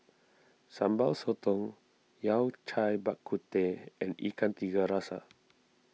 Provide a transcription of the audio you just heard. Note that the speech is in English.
Sambal Sotong Yao Cai Bak Kut Teh and Ikan Tiga Rasa